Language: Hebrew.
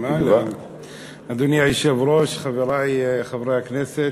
אדוני היושב-ראש, חברי חברי הכנסת,